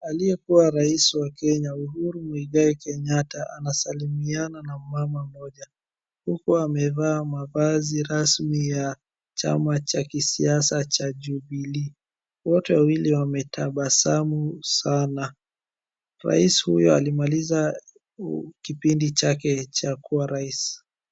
Aliyekuwa rais wa Kenya, Uhuru Muigai Kenyatta, anasalimiana na mmama mmoja, huku amevaa mavazi rasmi ya chama cha kisiasa cha Jubilee. Wote wawili wametabasamu sana. Rais huyu alimaliza kipindi chake cha kuwa rais.